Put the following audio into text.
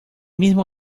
mismo